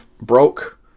broke